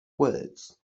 words